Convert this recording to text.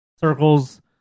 circles